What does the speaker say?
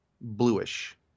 bluish